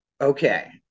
Okay